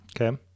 okay